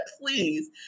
please